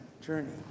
journey